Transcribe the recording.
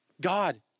God